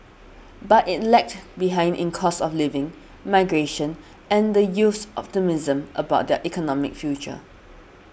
but it lagged behind in cost of living migration and the youth's optimism about their economic future